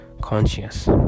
conscious